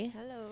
Hello